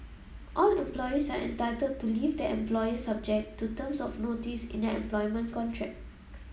all employees are entitled to leave their employer subject to terms of notice in their employment contract